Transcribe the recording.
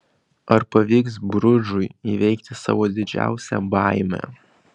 ar pavyks bružui įveikti savo didžiausią baimę